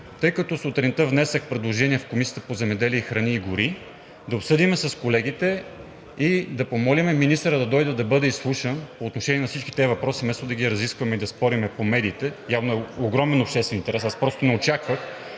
тъй като сутринта внесох предложение в Комисията по земеделието, храните и горите да обсъдим с колегите и да помолим министъра да дойде и да бъде изслушан по отношение на всички тези въпроси вместо да ги разискваме и да спорим по медиите. Явно общественият интерес е огромен. Аз не очаквах